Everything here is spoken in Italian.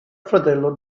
fratello